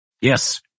Yes